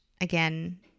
again